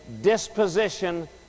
disposition